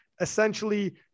Essentially